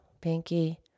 Pinky